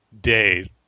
day